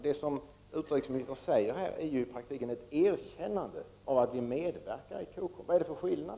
Det utrikesministern säger här är i praktiken ett erkännande av att vi medverkar i Cocom. Vad är det för skillnad?